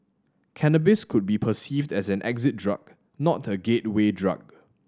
cannabis could be perceived as an exit drug not a gateway drug